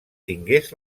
tingués